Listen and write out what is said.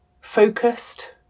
focused